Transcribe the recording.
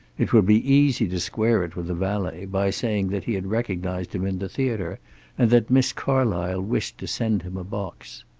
it would be easy to square it with the valet, by saying that he had recognized him in the theater and that miss carlysle wished to send him a box.